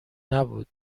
نبود